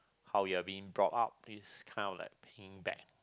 how you're being brought up it's kind of like paying back